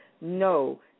no